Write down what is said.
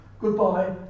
goodbye